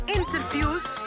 interviews